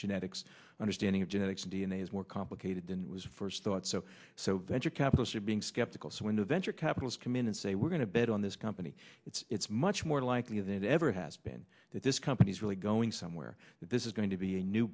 genetics understanding of genetics d n a is more complicated than it was first thought so so venture capital seed being skeptical so when the venture capitalist came in and say we're going to bet on this company it's it's much more likely than it ever has been that companies really going somewhere that this is going to be a new